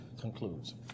concludes